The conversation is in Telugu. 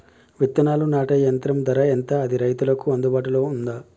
విత్తనాలు నాటే యంత్రం ధర ఎంత అది రైతులకు అందుబాటులో ఉందా?